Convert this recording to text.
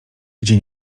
gdzie